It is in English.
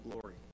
glory